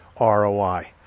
ROI